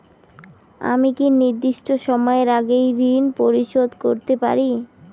আমি কি নির্দিষ্ট সময়ের আগেই ঋন পরিশোধ করতে পারি?